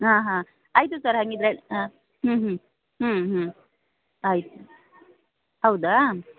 ಆಂ ಹಾಂ ಆಯಿತು ಸರ್ ಹಾಗಿದ್ರೆ ಹಾಂ ಹ್ಞೂ ಹ್ಞೂ ಹ್ಞೂ ಹ್ಞೂ ಆಯಿತು ಹೌದಾ